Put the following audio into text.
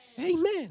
Amen